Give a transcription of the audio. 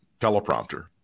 teleprompter